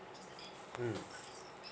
mm